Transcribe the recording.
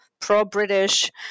pro-British